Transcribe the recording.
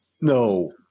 No